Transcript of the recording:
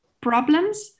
problems